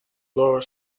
lawyer